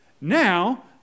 now